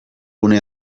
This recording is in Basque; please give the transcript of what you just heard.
gune